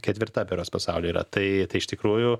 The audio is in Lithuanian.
ketvirta berods pasaulyje yra tai tai iš tikrųjų